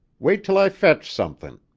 wait till i fetch somethin'.